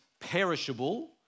perishable